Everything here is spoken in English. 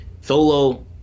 Solo